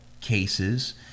cases